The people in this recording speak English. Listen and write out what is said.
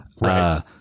Right